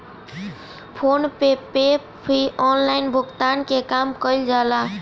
phone पे पअ भी online भुगतान के काम कईल जाला